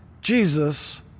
Jesus